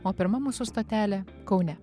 o pirma mūsų stotelė kaune